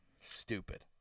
Stupid